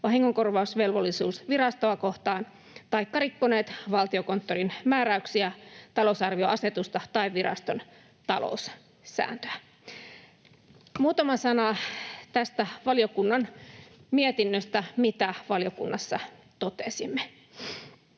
vahingonkorvausvelvollisuus virastoa kohtaan, taikka rikkoneet Valtiokonttorin määräyksiä, talousarvioasetusta tai viraston taloussääntöä. Muutama sana tästä valiokunnan mietinnöstä, mitä valiokunnassa totesimme.